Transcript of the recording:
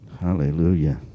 Hallelujah